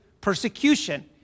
persecution